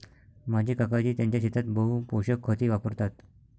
माझे काकाजी त्यांच्या शेतात बहु पोषक खते वापरतात